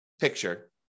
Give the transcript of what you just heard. picture